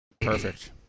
Perfect